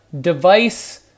device